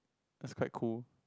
is quite cool